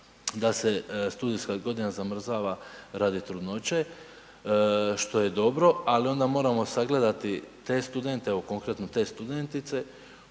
da se studijska godina zamrzava radi trudnoće što je dobro ali onda moramo sagledati te studente, evo konkretno te studentice